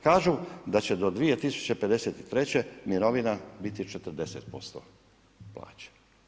Kažu da će do 2053. mirovina biti 40% plaće.